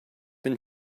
been